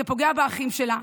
זה פוגע באחים שלה,